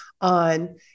on